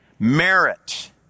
merit